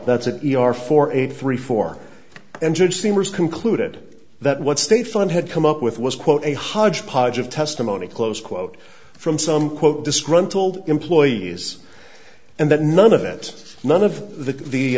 that's an e r for eight three four and judge seamers concluded that what state fund had come up with was quote a hodgepodge of testimony close quote from some quote disgruntled employees and that none of it none of the